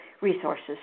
resources